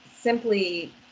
simply